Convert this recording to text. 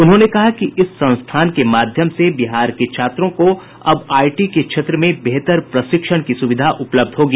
उन्होंने कहा कि इस संस्थान के माध्यम से बिहार के छात्रों को अब आईटी के क्षेत्र में बेहतर प्रशिक्षण की सुविधा उपलब्ध होगी